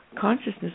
consciousness